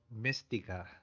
Mystica